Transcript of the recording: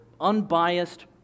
unbiased